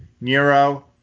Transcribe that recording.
Nero